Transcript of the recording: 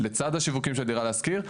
לצד השיווקים של דירה להשכיר,